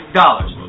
dollars